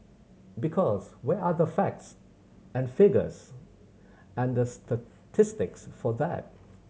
because where are the facts and figures and the statistics for that